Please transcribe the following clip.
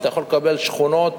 שאתה יכול לקבל שכונות